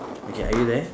okay are you there